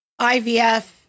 ivf